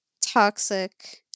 toxic